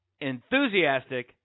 enthusiastic